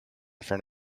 front